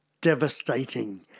devastating